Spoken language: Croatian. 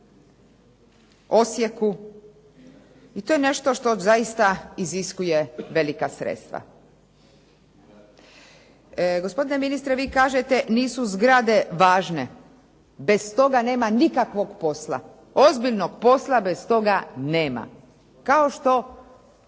Osijeku i to je nešto što zaista iziskuje velika sredstva. Gospodine ministre vi kažete, nisu zgrade važne, bez toga nema nikakvog posla, ozbiljnog posla bez toga nema. Kao što